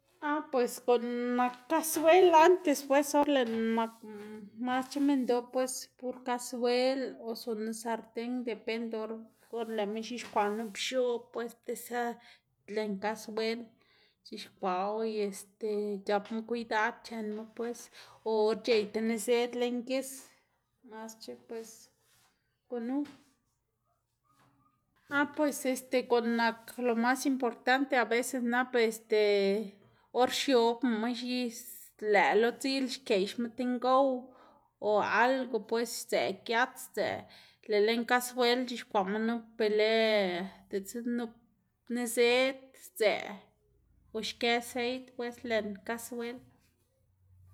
Ah pues guꞌn nak kasuel antes pues or lëꞌná nakná masc̲h̲e minndoꞌ pues pur kasuel o sunu sarten depende or or lëꞌma ix̱uxkwaꞌ nup x̱oꞌb lën kasuel c̲h̲uxkwaꞌwu y este c̲h̲apma kwidad c̲h̲enma pues o or c̲h̲ey ti niszed lën gis masc̲h̲e pues gunu, ah pues este guꞌn nak lo mas importante aveces nap este or xiobnama y lëꞌ lo dzil xkeꞌxma ti ngow o algo pues sdzëꞌ giat sdzëꞌ, lëꞌ lën kasuel c̲h̲uxkwaꞌma nup be lë diꞌtse nup niszed sdzëꞌ o xkë seit pues lën kasuel.